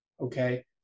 Okay